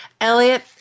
Elliot